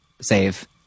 save